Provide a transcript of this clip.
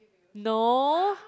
no